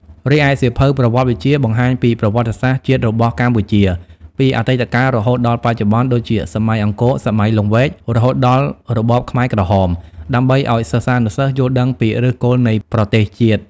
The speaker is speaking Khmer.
រីឯសៀវភៅប្រវត្តិវិទ្យា បង្ហាញពីប្រវត្តិសាស្ត្រជាតិរបស់កម្ពុជាពីអតីតកាលរហូតដល់បច្ចុប្បន្ន ដូចជាសម័យអង្គរ សម័យលង្វែក រហូតដល់របបខ្មែរក្រហម ដើម្បីឱ្យសិស្សានុសិស្សយល់ដឹងពីឫសគល់នៃប្រទេសជាតិ។